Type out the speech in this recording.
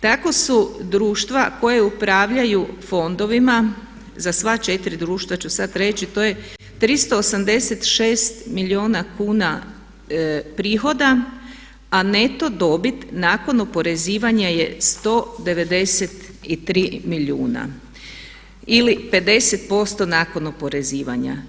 Tako su društva koja upravljaju fondovima, za sva 4 društva ću sad reći, to je 386 milijuna kuna prihoda a neto dobit nakon oporezivanja je 193 milijuna ili 50% nakon oporezivanja.